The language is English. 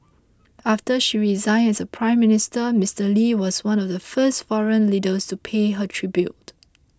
after she resigned as Prime Minister Mister Lee was one of the first foreign leaders to pay her tribute